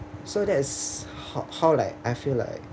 so that is how how like I feel like